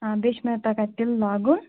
بیٚیہِ چھُ مےٚ تگان تِلہٕ لاگُن